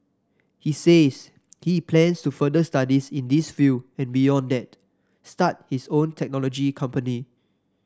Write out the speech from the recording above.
he says he plans to further studies in this field and beyond that start his own technology company